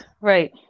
Right